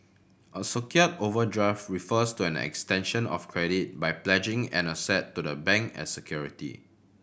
a secured overdraft refers to an extension of credit by pledging an asset to the bank as security